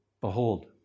Behold